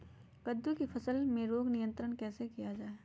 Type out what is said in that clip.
कददु की फसल में रोग नियंत्रण कैसे किया जाए?